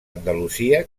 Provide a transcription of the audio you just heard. andalusia